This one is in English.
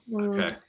Okay